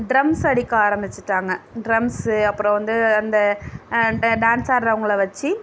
drums அடிக்க ஆரமிச்சுட்டாங்க drums அப்புறம் வந்து அந்த டா டான்ஸ் ஆடுகிறவங்கள வச்சு